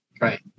Right